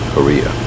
Korea